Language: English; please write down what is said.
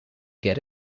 get